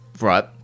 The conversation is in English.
right